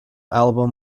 album